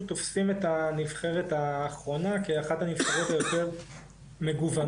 תוספים את הנבחרת האחרונה כאחת הנבחרות היותר מגוונות.